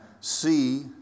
see